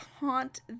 haunt